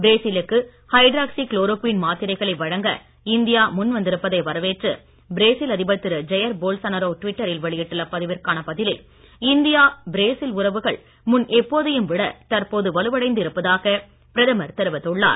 பிரேசிலுக்கு hydroxychloroquine மாத்திரைகளை வழங்க India முன் வந்திருப்பதை வரவேற்று பிரேசில் அதிபர் திரு ஜெயர் போல்சானரோ டுவிட்டரில் வெளியிட்ட பதிவிற்கான பதிலில் இந்தியா பிரேசில் உறவுகள் முன் எப்போதையும் விட தற்போது வலுவடைந்து இருப்பதாக பிரதமர் தெரிவித்துள்ளார்